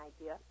idea